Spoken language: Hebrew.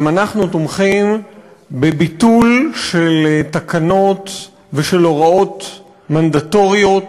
גם אנחנו תומכים בביטול של תקנות ושל הוראות מנדטוריות